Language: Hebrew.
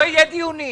לא יהיו דיונים.